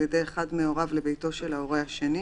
ידי אחד מהוריו לביתו של ההורה השני,"